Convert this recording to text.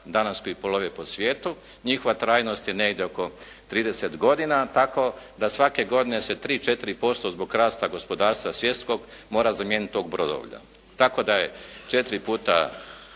danas koji plove po sviju. Njihova trajnost je negdje oko 30 godina, tako da svake godine se 3, 4% zbog rasta gospodarstva svjetskog mora zamijeniti tog brodovlja. Tako da je četiri puta